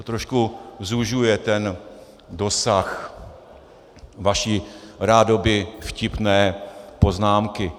To trošku zužuje ten dosah vaší rádoby vtipné poznámky.